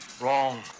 Wrong